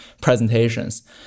presentations